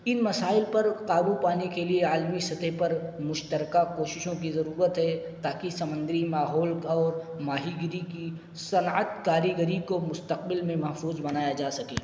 ان مسائل پر قابو پانے کے لیے عالمی سطح پر مشترکہ کوششوں کی ضرورت ہے تاکہ سمندری ماحول اور ماہی گیری کی صنعت کاریگری کو مستقبل میں محفوظ بنایا جا سکے